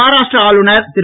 மஹாராஷ்டிரா ஆளுநர் திரு